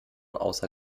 außer